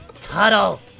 Tuttle